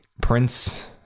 Prince